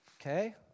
Okay